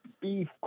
beef